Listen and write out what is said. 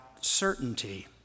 certainty